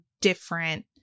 different